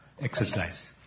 exercise